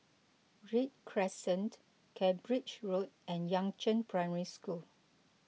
Read Crescent Cambridge Road and Yangzheng Primary School